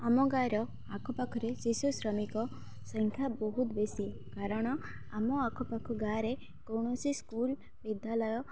ଆମ ଗାଁର ଆଖପାଖରେ ଶିଶୁ ଶ୍ରମିକ ସଂଖ୍ୟା ବହୁତ ବେଶୀ କାରଣ ଆମ ଆଖପାଖ ଗାଁରେ କୌଣସି ସ୍କୁଲ୍ ବିଦ୍ୟାଳୟ